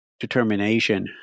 determination